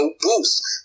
boost